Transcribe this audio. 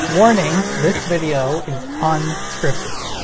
warning! this video is unscripted!